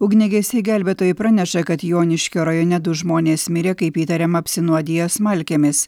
ugniagesiai gelbėtojai praneša kad joniškio rajone du žmonės mirė kaip įtariama apsinuodiję smalkėmis